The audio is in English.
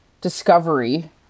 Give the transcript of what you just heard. discovery